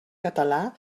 català